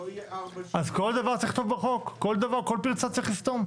כל דבר, כל פרצה צריך לסתום?